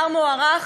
שר מוערך,